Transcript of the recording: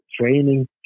training